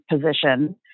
position